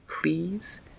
please